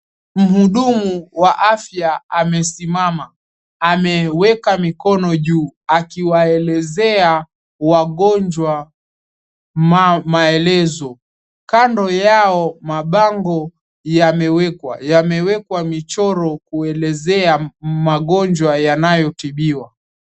Muhudumu wa afya amesisma ameweka mikono juu akiwaelezea wagonjwa maelezo kando yao mabango yamewekwa michoro kueleza magonjwa yanayo tibiwa.